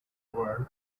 world